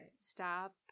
stop